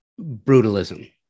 brutalism